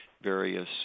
various